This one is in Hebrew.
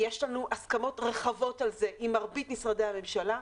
יש לנו הסכמות רחבות על זה עם מרבית משרדי הממשלה,